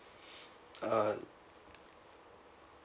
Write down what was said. uh